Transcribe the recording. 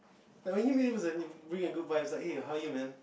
like when you meet him is bring your Good Vibes like hey how you man